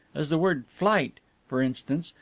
as the word flight for instance,